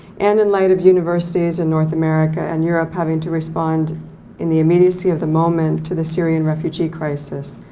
and in light of universities in north america and europe having to respond in the immediacy of the moment to the syrian refugee crisis,